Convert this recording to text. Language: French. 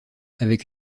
avec